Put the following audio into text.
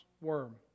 worm